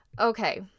Okay